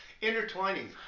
intertwining